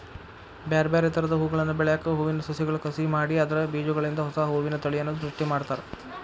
ಬ್ಯಾರ್ಬ್ಯಾರೇ ತರದ ಹೂಗಳನ್ನ ಬೆಳ್ಯಾಕ ಹೂವಿನ ಸಸಿಗಳ ಕಸಿ ಮಾಡಿ ಅದ್ರ ಬೇಜಗಳಿಂದ ಹೊಸಾ ಹೂವಿನ ತಳಿಯನ್ನ ಸೃಷ್ಟಿ ಮಾಡ್ತಾರ